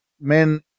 men